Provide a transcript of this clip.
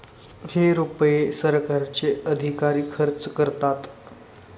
हे रुपये सरकारचे अधिकारी खर्च करतात